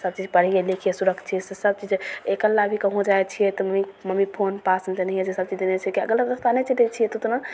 सबचीज पढ़िए लिखए सुरक्षित सबचीज अकेला भी कहुँ जाइ छिए तऽ मम्मी मम्मी फोन पासेमे देने हइ छै सबचीज देने छै किएक गलत रस्ता नहि चलै छिए तऽ ओतना